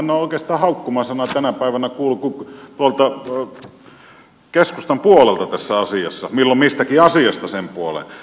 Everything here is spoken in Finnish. minä en ole oikeastaan haukkumasanaa tänä päivänä kuullut kuin tuolta keskustan puolelta tässä asiassa milloin mistäkin asiasta sen puoleen